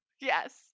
Yes